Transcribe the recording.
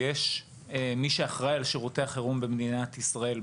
ויש מי שאחראי על שירותי החירום במדינת ישראל.